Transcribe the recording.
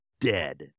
Dead